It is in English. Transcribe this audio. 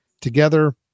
together